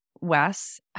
Wes